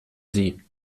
sie